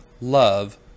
love